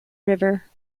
river